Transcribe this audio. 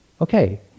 Okay